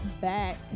back